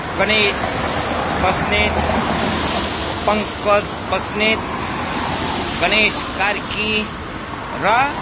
गणेश बस्नेत पङ्कज बस्नेत गणेश कार्की र